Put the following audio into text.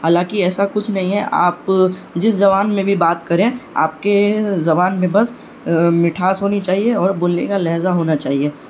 حالانکہ ایسا کچھ نہیں ہے آپ جس زبان میں بھی بات کریں آپ کے زبان میں بس مٹھاس ہونی چاہیے اور بولنے کا لہجہ ہونا چاہیے